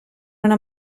una